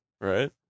right